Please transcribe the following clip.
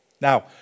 Now